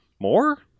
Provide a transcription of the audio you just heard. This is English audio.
more